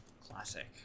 Classic